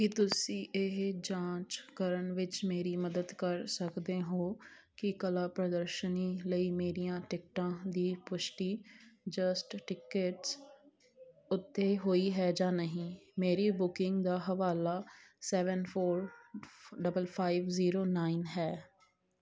ਕੀ ਤੁਸੀਂ ਇਹ ਜਾਂਚ ਕਰਨ ਵਿੱਚ ਮੇਰੀ ਮਦਦ ਕਰ ਸਕਦੇ ਹੋ ਕਿ ਕਲਾ ਪ੍ਰਦਰਸ਼ਨੀ ਲਈ ਮੇਰੀਆਂ ਟਿਕਟਾਂ ਦੀ ਪੁਸ਼ਟੀ ਜਸਟ ਟਿਕਟਸ ਉੱਤੇ ਹੋਈ ਹੈ ਜਾਂ ਨਹੀਂ ਮੇਰੀ ਬੁਕਿੰਗ ਦਾ ਹਵਾਲਾ seven four double five zero nine ਹੈ